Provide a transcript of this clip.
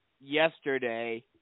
yesterday